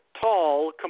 tall